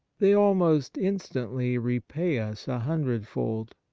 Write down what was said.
they almost instantly repay us a hundred-fold.